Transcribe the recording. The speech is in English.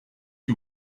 you